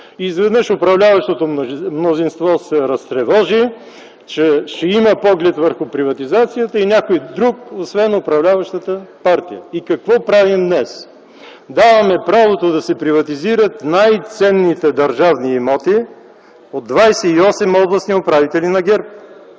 Изведнъж управляващото мнозинство се разтревожи, че върху приватизацията ще има поглед и някой друг, освен управляващата партия. И какво правим днес? Даваме правото да се приватизират най-ценните държавни имоти от 28 областни управители на ГЕРБ.